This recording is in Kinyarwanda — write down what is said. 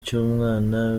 cy’umwana